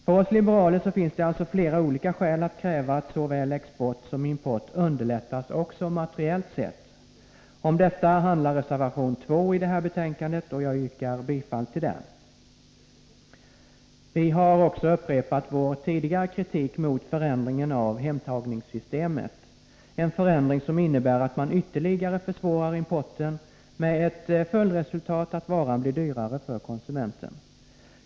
För oss liberaler finns det alltså flera olika skäl att kräva att såväl export som import underlättas också materiellt sett. Om detta handlar reservation 2 i betänkandet, och jag yrkar bifall till den. Vi har också upprepat vår tidigare kritik mot förändringen av hemtagningssystemet, en förändring som innebär att man ytterligare försvårar importen, med följdresultatet att varan blir dyrare för konsumenten.